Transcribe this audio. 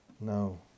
No